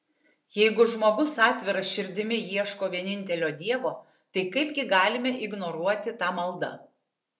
jeigu žmogus atvira širdimi ieško vienintelio dievo tai kaipgi galime ignoruoti tą maldą